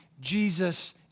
Jesus